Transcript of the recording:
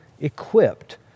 equipped